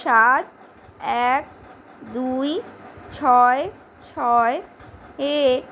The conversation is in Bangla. সাত এক দুই ছয় ছয় এ